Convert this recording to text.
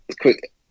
Quick